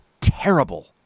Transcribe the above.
terrible